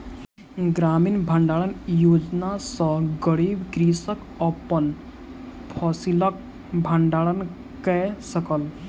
ग्रामीण भण्डारण योजना सॅ गरीब कृषक अपन फसिलक भण्डारण कय सकल